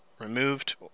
removed